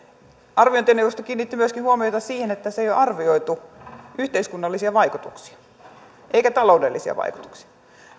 arviointineuvosto kiinnitti myöskin huomiota siihen että tässä ei ole arvioitu yhteiskunnallisia eikä taloudellisia vaikutuksia